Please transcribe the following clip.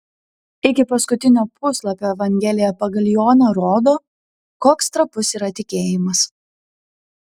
iki paskutinio puslapio evangelija pagal joną rodo koks trapus yra tikėjimas